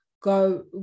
go